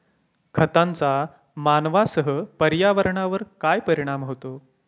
खतांचा मानवांसह पर्यावरणावर काय परिणाम होतो?